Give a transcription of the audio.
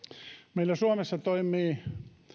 meillä suomessa toimii